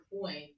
point